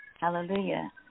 hallelujah